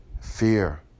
fear